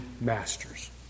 masters